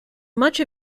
much